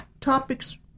topics